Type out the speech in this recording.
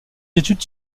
études